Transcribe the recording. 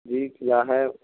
جی قلعہ ہے